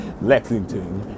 lexington